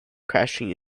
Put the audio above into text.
crashing